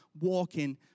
walking